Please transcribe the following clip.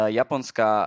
japonská